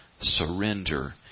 surrender